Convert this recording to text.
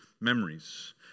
memories